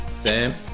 Sam